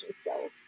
skills